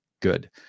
Good